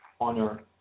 honor